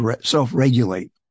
self-regulate